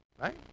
right